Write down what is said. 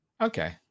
okay